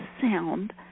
sound